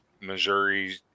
Missouri